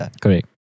Correct